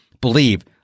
believe